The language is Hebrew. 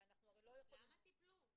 והרי אנחנו לא --- למה תיפלו?